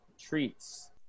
treats